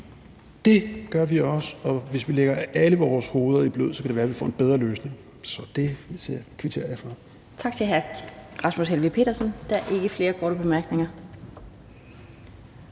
Det gør vi også, og hvis vi alle lægger vores hoveder i blød, kan det være, at vi får en bedre løsning, så det kvitterer jeg for.